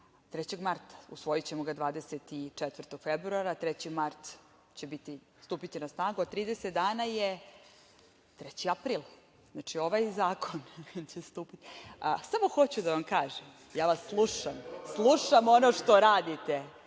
3. marta, usvojićemo ga 24. februara, 3. marta će stupiti na snagu, a 30 dana je 3. april. Znači, ovaj zakon će stupiti…Samo hoću da vam kažem, ja vas slušam, slušam ono što radite,